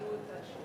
ששאלו את השאלה.